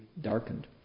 darkened